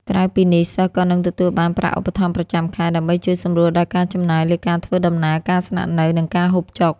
ក្រៅពីនេះ សិស្សក៏នឹងទទួលបានប្រាក់ឧបត្ថម្ភប្រចាំខែ ដើម្បីជួយសម្រួលដល់ការចំណាយលើការធ្វើដំណើរ ការស្នាក់នៅ និងការហូបចុក។